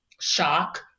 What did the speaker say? shock